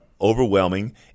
overwhelming